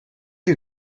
you